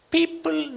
People